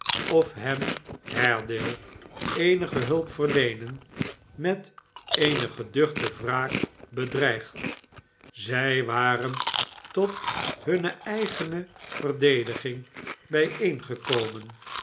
of hem haredale eenige hulp verleenen met eene geduchte wraak bedreigd zij waren tot hunne eigene verdediging